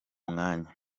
mwanya